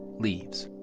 leaves